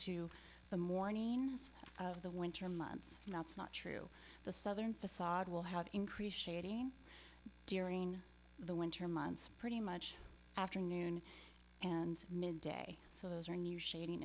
to the morning of the winter months and that's not true the southern facade will have increased shading during the winter months pretty much afternoon and midday so those are new shading